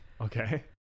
Okay